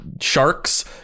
sharks